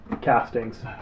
castings